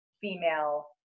female